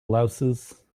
louses